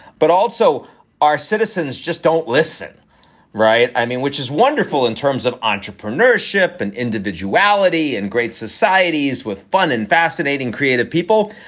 but also our citizens just don't listen right. i mean, which is wonderful in terms of entrepreneurship and individuality in great societies with fun and fascinating creative people.